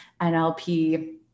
NLP